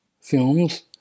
films